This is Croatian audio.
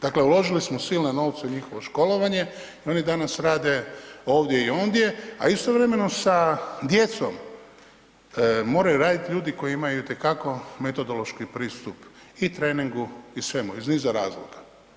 Dakle, uložili smo silne novce u njihovo školovanje i oni danas rade ovdje i ondje, a istovremeno sa djecom moraju raditi ljudi koji imaju itekako metodološki pristup i treningu i svemu iz niza razloga.